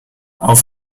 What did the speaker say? auf